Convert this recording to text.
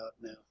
now